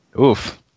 Oof